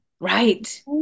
right